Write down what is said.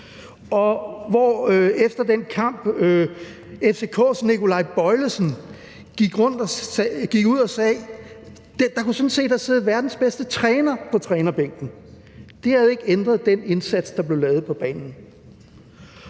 efter den kamp gik ud og sagde, at der sådan set kunne have siddet verdens bedste træner på trænerbænken. Det havde jo ikke ændret den indsats, der blev lavet på banen.